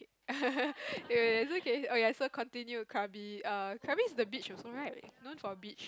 oh wait it's okay okay so continue Krabi err Krabi is the beach also right known for beach